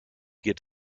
geht